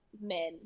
men